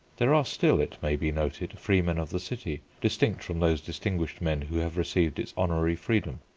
there are still, it may be noted, freemen of the city, distinct from those distinguished men who have received its honorary freedom.